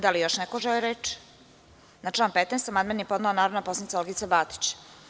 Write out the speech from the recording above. Da li još neko želi reč? (Ne) Na član 15. amandman je podnela narodna poslanica Olgica Batić.